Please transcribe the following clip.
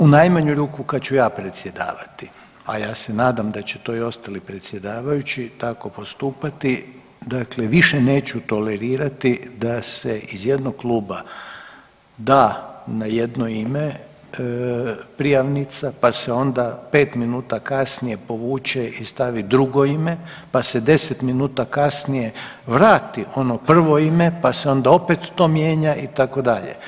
U najmanju ruku kad ću ja predsjedavati, a ja se nadam da to i ostali predsjedavajući tako postupati dakle više neću tolerirati da se iz jednog kluba da na jedno ime prijavnica pa se onda 5 minuta kasnije povuče i stavi drugo ime, pa se 10 minuta kasnije vrati ono prvo ime, pa se onda opet to mijenja itd.